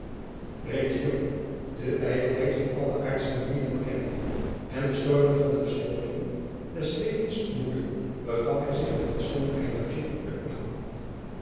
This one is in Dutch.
reeds jong de ijdelheid van alle aardsche bemoeijingen kennende en de stormen van de beslommeringen des levens moede begaf hij zich naar dit schoon eilandje upnau